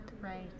Right